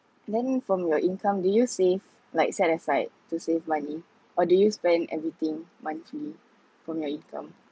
then from your income do you save like set aside to save money or do you spend everything monthly from your income